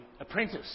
apprentice